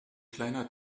kleiner